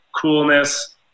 coolness